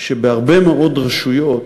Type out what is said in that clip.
שבהרבה מאוד רשויות,